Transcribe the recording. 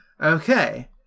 Okay